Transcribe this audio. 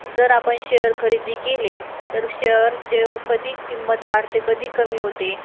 जर आपण शअर खरेदी केले तर शेअरचे कधी किंमत वाढते कधी कमी होते